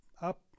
up